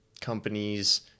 companies